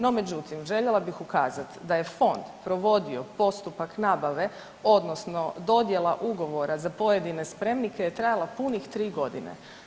No međutim željela bih ukazati da je fond provodio postupak nabave odnosno dodjela ugovora za pojedine spremnike je trajala punih 3.g.